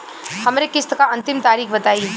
हमरे किस्त क अंतिम तारीख बताईं?